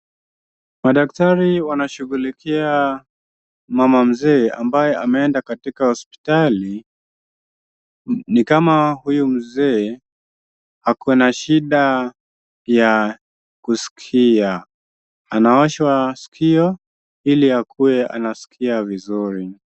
Madaktari wanashughulikia mama mzee ambaye ameenda katika hospitali, ni kama huyu mzee ako na shida ya kusikia. Anaoshwa sikio ili akuwe anasikia vizuri.